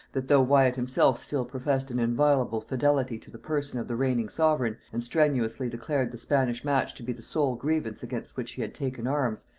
that though wyat himself still professed an inviolable fidelity to the person of the reigning sovereign, and strenuously declared the spanish match to be the sole grievance against which he had taken arms,